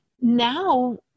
now